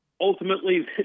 Ultimately